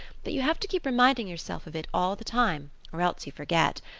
but you have to keep reminding yourself of it all the time or else you forget.